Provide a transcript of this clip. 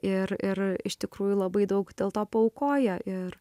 ir ir iš tikrųjų labai daug dėl to paaukoja ir